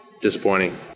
disappointing